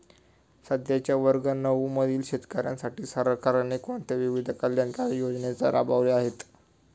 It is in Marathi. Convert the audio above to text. सध्याच्या वर्ग नऊ मधील शेतकऱ्यांसाठी सरकारने कोणत्या विविध कल्याणकारी योजना राबवल्या आहेत?